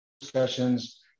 discussions